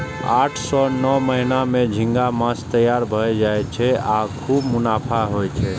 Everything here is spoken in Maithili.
आठ सं नौ महीना मे झींगा माछ तैयार भए जाय छै आ खूब मुनाफा होइ छै